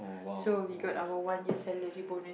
so we got our one year salary bonus